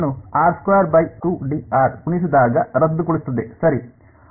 ಸರಿ k k ಅನ್ನು ಗುಣಿಸಿದಾಗ ರದ್ದುಗೊಳಿಸುತ್ತದೆ ಸರಿ